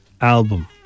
album